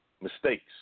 mistakes